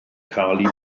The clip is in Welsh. cael